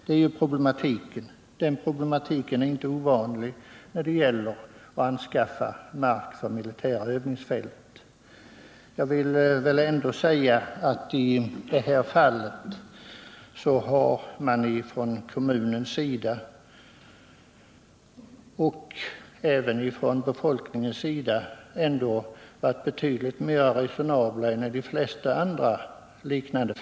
Den problematiken är tyvärr inte ovanlig när det gäller att anskaffa mark för militära övningsfält. I detta fall har kommunen och även befolkningen ändå varit betydligt mer resonabla än i de flesta andra fall.